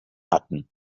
hatten